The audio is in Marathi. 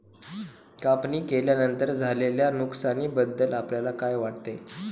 कापणी केल्यानंतर झालेल्या नुकसानीबद्दल आपल्याला काय वाटते?